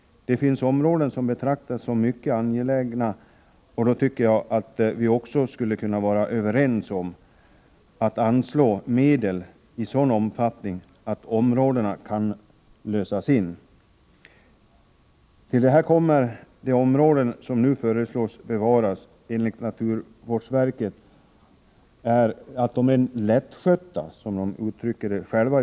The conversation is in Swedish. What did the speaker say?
Det finns markområden som betraktas som mycket angelägna, och då tycker jag att vi också skulle kunna vara överens om att anslå medel i sådan omfattning att områdena kan lösas in. Till detta kommer att de områden som nu föreslås för bevarande enligt naturvårdsverket är lättskötta.